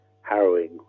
harrowing